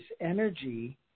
energy